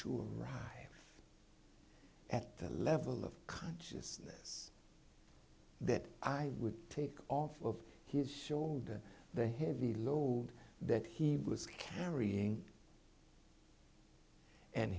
run at the level of consciousness that i would take off of his shoulder the heavy load that he was carrying and